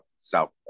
South